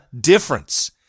difference